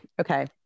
okay